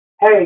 Hey